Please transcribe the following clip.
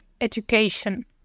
education